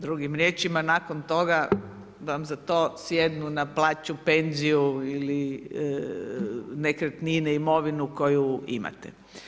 Drugim riječima nakon toga vam za to sjednu na plaću, penziju ili nekretnine, imovinu koju imate.